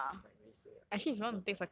which is like really suay ah 我我真的不要